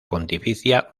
pontificia